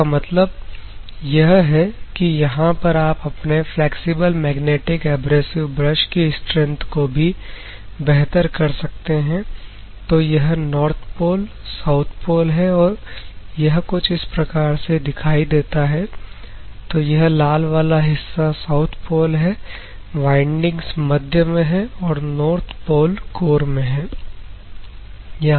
इसका मतलब यह है कि यहां पर आप अपने फ्लैक्सिबल मैग्नेटिक एब्रेसिव ब्रश की स्ट्रैंथ को भी बेहतर कर सकते हैं तो यह नॉर्थ पोल साउथ पोल है और यह कुछ इस प्रकार से दिखाई देता है तो यह लाल वाला हिस्सा साउथ पोल है वाइंडिंग्स मध्य में है और नॉर्थ पोल कोर में है